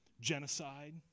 Genocide